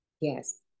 Yes